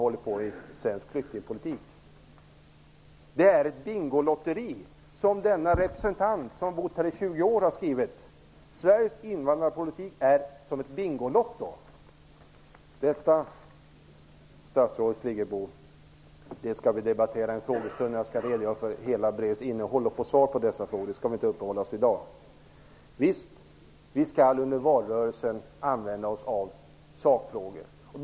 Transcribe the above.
Sveriges invandrarpolitik är som ett bingolotto, vilket en representant som har bott här i 20 år har skrivit. Statsrådet Friggebo! Detta skall vi debattera vid en frågestund. Jag skall då redogöra för hela brevets innehåll. Då vill jag ha svar på dessa frågor. Vi skall inte uppehålla oss vid dessa i dag. Visst, vi skall hålla oss till sakfrågor i valrörelsen.